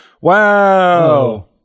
Wow